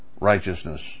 righteousness